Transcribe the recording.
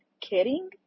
kidding